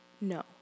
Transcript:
no